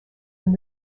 and